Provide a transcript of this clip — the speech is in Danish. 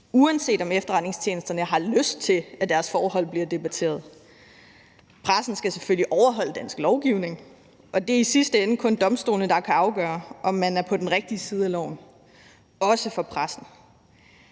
uanset om efterretningstjenesterne har lyst til, at deres forhold bliver debatteret. Pressen skal selvfølgelig overholde dansk lovgivning, og det er i sidste ende kun domstolene, der kan afgøre, om man er på den rigtige side af loven, også for pressens